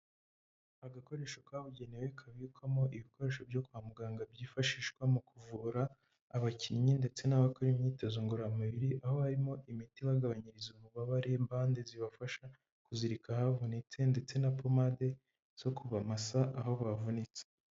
Agakoresho kabugenewe kabikwamo ibikoresho byo kwa muganga byifashishwa mu kuvura abakinyi, ndetse n'abakora imyitozo ngororamubiri aho harimo imiti bagabanyiriza ububabare bande zibafasha kuzirika ahavunitse, ndetse na pomade zo kubamasa aho bavunitse.